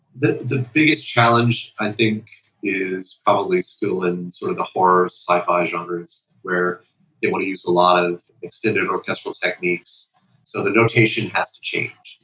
the the biggest challenge, i think is, probably still in sort of the horror, sci-fi genres, where they want to use a lot of extended orchestral techniques so the notation has to change.